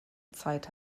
zeit